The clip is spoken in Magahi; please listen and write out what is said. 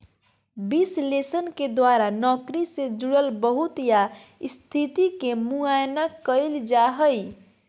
विश्लेषण के द्वारा नौकरी से जुड़ल बहुत सा स्थिति के मुआयना कइल जा हइ